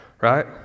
right